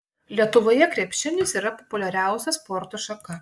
lietuvoje krepšinis yra populiariausia sporto šaka